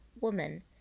Woman